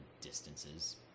distances